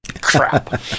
crap